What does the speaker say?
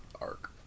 arc